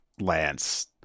Lance